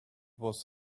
was